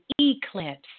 eclipse